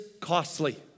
costly